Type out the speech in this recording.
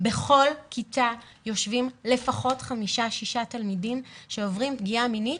בכל כיתה יושבים לפחות חמישה-שישה תלמידים שעוברים פגיעה מינית,